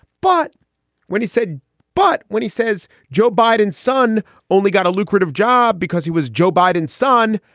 but when he said but when he says joe biden's son only got a lucrative job because he was joe biden's son,